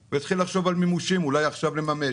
הוא יתחיל לחשוב על מימושים ואולי ירצה לממש.